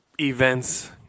events